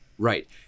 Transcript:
Right